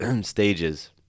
stages